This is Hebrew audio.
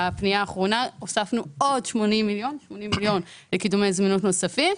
בפנייה האחרונה הוספנו עוד 80 מלש"ח לקידומי זמינות נוספים.